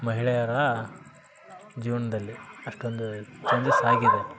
ಮಹಿಳೆಯರ ಜೀವನದಲ್ಲಿ ಅಷ್ಟೊಂದು ಚೇಂಜಸ್ ಆಗಿದೆ